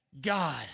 God